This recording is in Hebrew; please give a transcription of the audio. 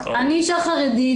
אני אישה חרדית,